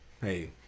hey